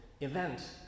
event